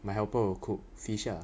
my helper will cook fish ah